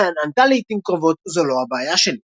התוכנה ענתה לעיתים קרובות "זו לא הבעיה שלי".